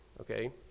okay